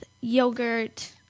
yogurt